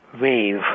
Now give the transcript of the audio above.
wave